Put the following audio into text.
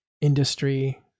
industry